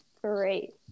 great